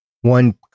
one